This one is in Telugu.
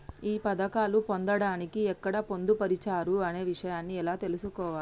ఈ పథకాలు పొందడానికి ఎక్కడ పొందుపరిచారు అనే విషయాన్ని ఎలా తెలుసుకోవాలి?